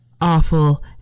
awful